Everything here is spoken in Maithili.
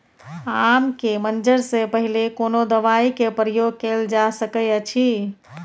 आम के मंजर से पहिले कोनो दवाई के प्रयोग कैल जा सकय अछि?